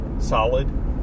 Solid